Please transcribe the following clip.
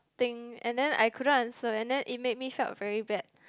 thing and then I couldn't answer and then it make me felt very bad